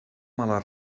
mala